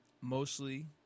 Mostly